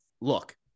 look